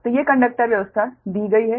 तो ये कंडक्टर व्यवस्था दी गई हैं